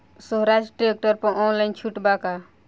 सोहराज tractor पर online छूट बा का?